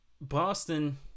Boston